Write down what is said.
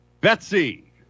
Betsy